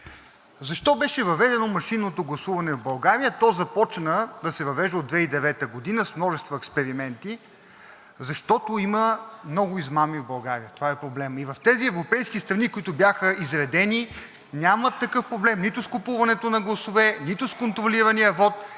Защо беше въведено машинното гласуване в България? То започна да се въвежда от 2009 г. с множество експерименти, защото има много измами в България. Това е проблемът! И в тези европейски страни, които бяха изредени, нямат такъв проблем нито с купуването на гласове, нито с контролирания вот,